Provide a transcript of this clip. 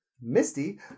Misty